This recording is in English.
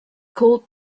called